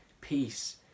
peace